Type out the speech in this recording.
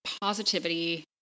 positivity